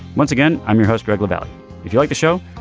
once again i'm your host greg lavelle if you like the show.